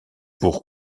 pour